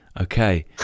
Okay